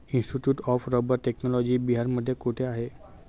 Institute of rubber technology बिहारमध्ये कोठे आहे?